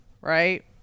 right